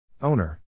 Owner